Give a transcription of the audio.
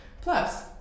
Plus